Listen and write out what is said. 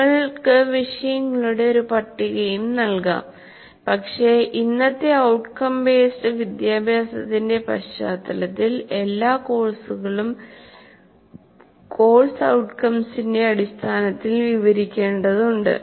നിങ്ങൾക്ക് വിഷയങ്ങളുടെ ഒരു പട്ടികയും നൽകാം പക്ഷേ ഇന്നത്തെ ഔട്ട്കം ബേസ്ഡ് വിദ്യാഭ്യാസത്തിന്റെ പശ്ചാത്തലത്തിൽ എല്ലാ കോഴ്സുകളും കോഴ്സ് ഔട്ട്കംസിന്റെ അടിസ്ഥാനത്തിൽ വിവരിക്കേണ്ടതുണ്ട്